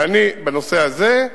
ואני, בנושא הזה,